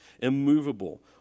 immovable